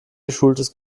geschultes